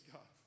God